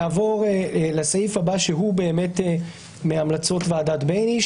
נעבור לסעיף הבא שהוא באמת מהמלצות ועדת בייניש,